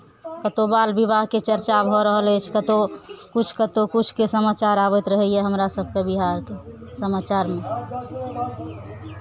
कतहु बाल विवाहके चर्चा भऽ रहल अछि कतहु किछु कतहु किछुके समाचार आबैत रहैए हमरा सभके बिहारके समाचारमे